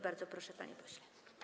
Bardzo proszę, panie pośle.